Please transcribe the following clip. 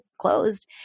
closed